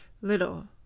little